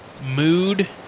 mood